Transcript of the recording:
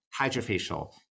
Hydrofacial